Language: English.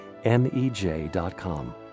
MEJ.com